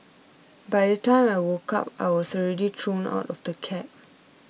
by the time I woke up I was already thrown out of the cab